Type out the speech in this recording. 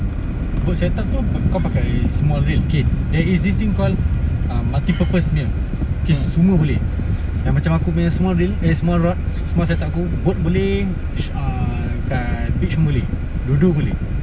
boat set up kau kau pakai small reel K there is this thing call uh multipurpose punya kes semua boleh yang macam aku punya semua reel eh semua lot semua set-up boat boleh uh kat beach pun boleh dua-dua boleh